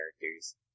characters